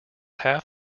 half